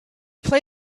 play